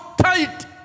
tight